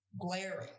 glaring